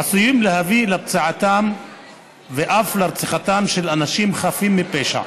עשויים להביא לפציעתם ואף לרציחתם של אנשים חפים מפשע,